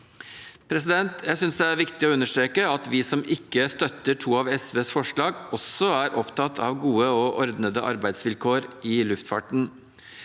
Jeg synes det er viktig å understreke at vi som ikke støtter SVs to forslag, også er opptatt av gode og ordnede arbeidsvilkår i luftfarten.